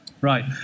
Right